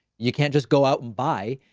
you can't just go out and buy.